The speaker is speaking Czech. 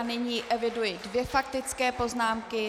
Nyní eviduji dvě faktické poznámky.